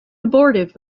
abortive